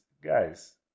guys